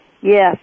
Yes